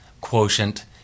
quotient